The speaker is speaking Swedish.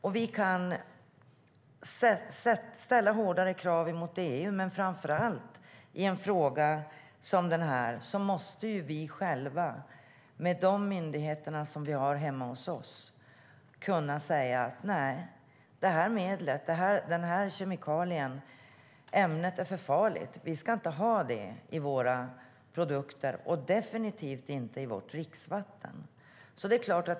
Vi kan också ställa hårdare krav gentemot EU, men framför allt måste vi själva i en fråga som den här med de myndigheter som vi har kunna säga: Nej, det här medlet och den här kemikalien är för farliga. Vi ska inte ha det i produkter, och definitivt inte i vårt dricksvatten.